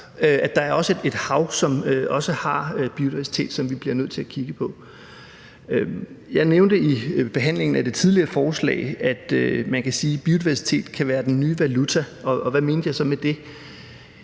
det – et hav, som også har biodiversitet, som vi bliver nødt til at kigge på. Jeg nævnte i behandlingen af det foregående forslag, at man kan sige, at biodiversitet kan være den nye valuta, og hvad mente jeg så med det?